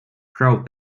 proud